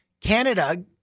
Canada